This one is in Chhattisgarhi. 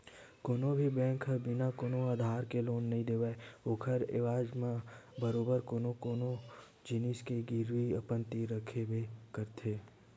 कोनो भी बेंक ह बिना कोनो आधार के लोन नइ देवय ओखर एवज म बरोबर कोनो न कोनो जिनिस के गिरवी अपन तीर रखबे करथे